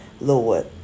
Lord